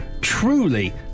truly